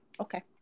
Okay